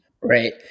Right